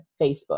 Facebook